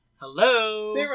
Hello